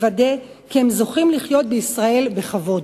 לוודא שהם זוכים לחיות בישראל בכבוד.